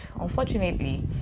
unfortunately